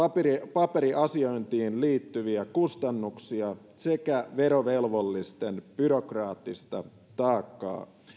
paperiasiointiin liittyviä kustannuksia sekä verovelvollisten byrokraattista taakkaa